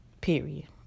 Period